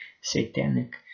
satanic